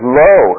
low